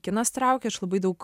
kinas traukė aš labai daug